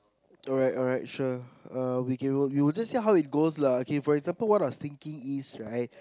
alright alright sure we will see how it goes lah for example what I was thinking is right